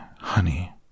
honey